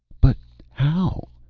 but how?